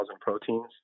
proteins